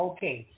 Okay